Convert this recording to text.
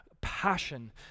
passion